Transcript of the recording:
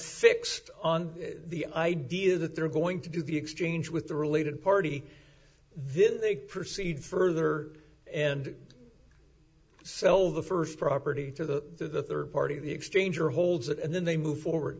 fixed on the idea that they're going to do the exchange with the related party then they proceed further and sell the first property to the third party the exchange or holds and then they move forward